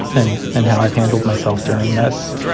and and how i've handled myself during this.